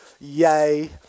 yay